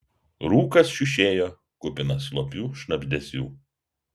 rūkas šiušėjo kupinas slopių šnabždesių